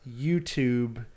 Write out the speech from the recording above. YouTube